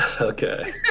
Okay